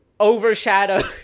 overshadowed